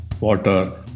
water